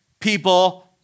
people